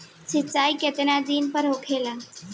सिंचाई केतना दिन पर होला?